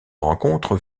rencontre